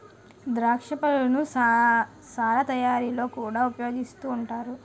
ద్రాక్ష పళ్ళను సారా తయారీలో కూడా ఉపయోగిస్తూ ఉంటారు